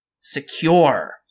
secure